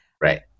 Right